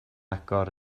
agor